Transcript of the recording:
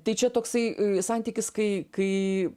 tai čia toksai santykis kai kai